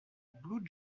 blue